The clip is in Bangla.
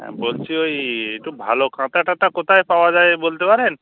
হ্যাঁ বলছি ঐ একটু ভালো কাঁথা টাথা কোথায় পাওয়া যায় বলতে পারেন